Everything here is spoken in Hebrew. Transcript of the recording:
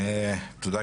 תודה,